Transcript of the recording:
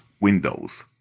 windows